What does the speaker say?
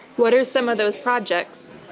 what are some of those projects?